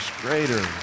greater